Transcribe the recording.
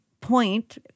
point